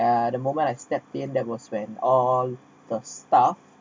uh the moment I stepped in there was when all the staff